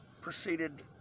proceeded